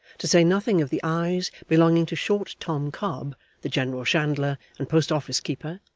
to say nothing of the eyes belonging to short tom cobb the general chandler and post-office keeper,